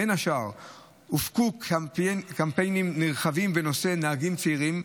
בין השאר הופקו קמפיינים נרחבים בנושא נהגים צעירים,